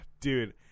Dude